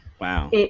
wow